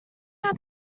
out